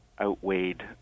outweighed